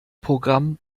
programm